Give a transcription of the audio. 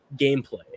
gameplay